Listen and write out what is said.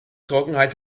trockenheit